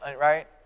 right